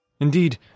Indeed